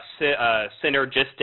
synergistic